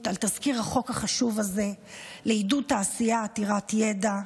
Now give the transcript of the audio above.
על תזכיר החוק החשוב הזה לעידוד תעשייה עתירת ידע,